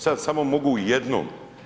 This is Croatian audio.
Sada samo mogu jednom.